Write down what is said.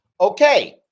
Okay